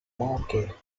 market